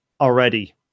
already